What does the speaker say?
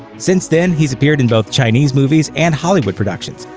since then, he's appeared in both chinese movies and hollywood productions,